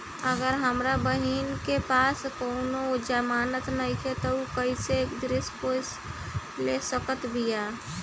अगर हमार बहिन के पास कउनों जमानत नइखें त उ कृषि ऋण कइसे ले सकत बिया?